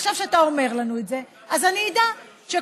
עכשיו שאתה אומר לנו את זה אז אני אדע שכל